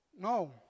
no